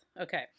Okay